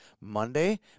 Monday